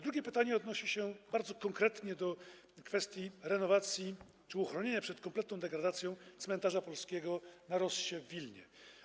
Drugie pytanie odnosi się bardzo konkretnie do kwestii renowacji, uchronienia przed kompletną degradacją cmentarza polskiego na Rossie w Wilnie.